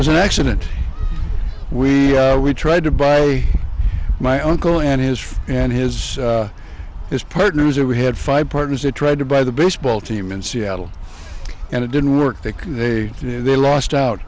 was an accident we we tried to buy my uncle and his and his his partners or we had five partners that tried to buy the baseball team in seattle and it didn't work that they lost out